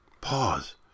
pause